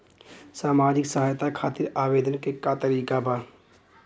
सामाजिक सहायता खातिर आवेदन के का तरीका बा?